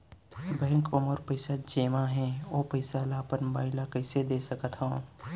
Bank म मोर पइसा जेमा हे, ओ पइसा ला अपन बाई ला कइसे दे सकत हव?